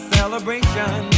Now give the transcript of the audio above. celebration